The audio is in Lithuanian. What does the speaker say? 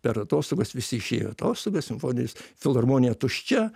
per atostogas visi išėjo atostogų simfoninis filharmonija tuščia